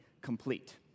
complete